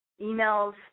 emails